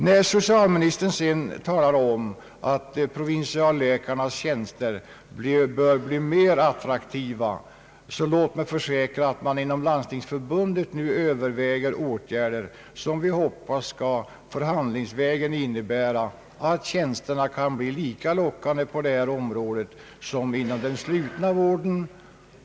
När socialministern talar om att provinsialläkartjänsterna bör bli mer attraktiva, kan jag försäkra att man inom Landstingsförbundet nu överväger åtgärder, som innebär att vi skall kunna göra dessa tjänster lika lockande som de inom den slutna vården.